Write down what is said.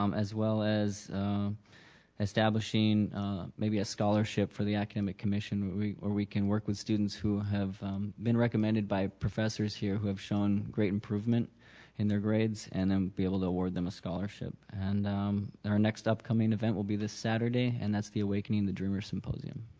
um as well as establishing maybe a scholarship for the academic commission where we where we can work with students who have been recommended by professors here who have shown great improvement in their grades and then um be able to award them a scholarship. and our next up coming event will be this saturday and that's the awakening the dreamer symposium,